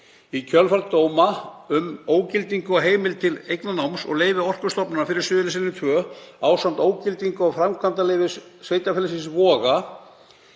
Í kjölfar dóma um ógildingu á heimild til eignarnáms og leyfi Orkustofnunar fyrir Suðurnesjalínu 2, ásamt ógildingu á framkvæmdaleyfi Sveitarfélagsins Voga,